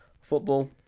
football